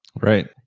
Right